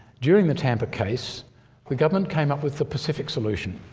during the tampa case the government came up with the pacific solution.